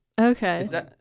Okay